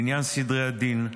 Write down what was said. לעניין סדרי הדין,